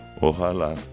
ojalá